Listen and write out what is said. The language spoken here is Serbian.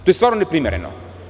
To je stvarno neprimereno.